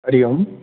Hari Om